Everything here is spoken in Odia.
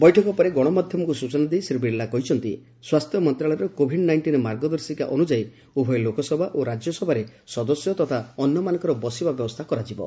ବୈଠକ ପରେ ଗଣମାଧ୍ୟମକୁ ସୂଚନା ଦେଇ ଶ୍ରୀ ବିର୍ଲା କହିଛନ୍ତି ସ୍ୱାସ୍ଥ୍ୟ ମନ୍ତ୍ରଣାଳୟର କୋଭିଡ ନାଇଷ୍ଟିନ୍ ମାର୍ଗଦର୍ଶୀକା ଅନୁଯାୟୀ ଉଭୟ ଲୋକସଭା ଓ ରାକ୍ୟସଭାରେ ସଦସ୍ୟ ତଥା ଅନ୍ୟମାନଙ୍କର ବସିବା ବ୍ୟବସ୍ଥା କରାଯିବ